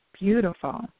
Beautiful